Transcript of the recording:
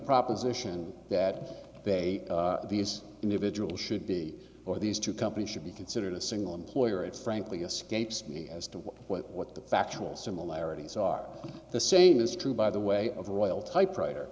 proposition that they these individuals should be or these two companies should be considered a single employer it's frankly escapes me as to what the factual similarities are the same is true by the way of the oil typewriter